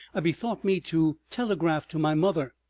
i bethought me to telegraph to my mother.